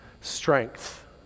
strength